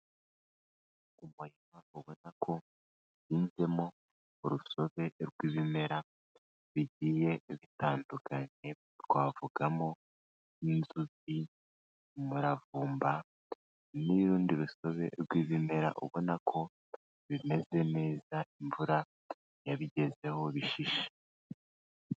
Umurima ubona ko uhinzemo urusobe rw'ibimera bigiye bitandukanye twavugamo nk'inzuzi, umuravumba n'urundi rusobe rw'ibimera ubona ko bimeze neza imvura yabigezeho bishishe.